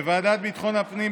בוועדת ביטחון הפנים,